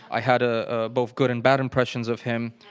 i had ah ah both good and bad impressions of him.